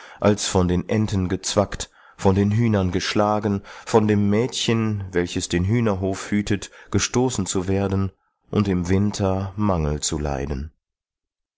als von den enten gezwackt von den hühnern geschlagen von dem mädchen welches den hühnerhof hütet gestoßen zu werden und im winter mangel zu leiden